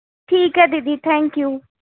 ਠੀਕ ਹੈ ਦੀਦੀ ਥੈਂਕ ਯੂ